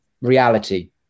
reality